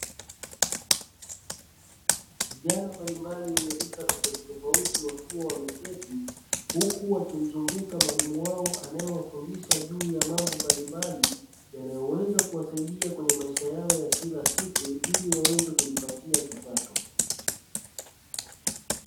Vijana mbalimbali wenye rika tofauti wakiwa wameketi, huku wakimzunguka mwalimu wao anayewafundisha juu ya mambo mbalimbali yanayoweza kuwasaidia kwenye maisha yao ya kila siku ili waweze kujipatia kipato.